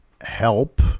help